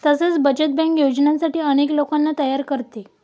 तसेच बचत बँक योजनांसाठी अनेक लोकांना तयार करते